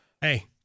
Hey